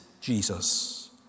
Jesus